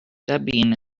debian